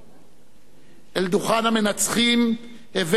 "אל דוכן המנצחים הבאנו את המתים",